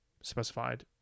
specified